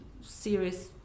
serious